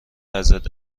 ازت